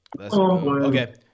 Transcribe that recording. Okay